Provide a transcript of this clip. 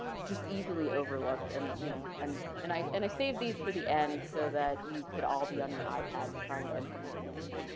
just easily overlooked and you know and and i and i save these for the end, so that you could all be on your ipads trying to undelete things,